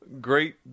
great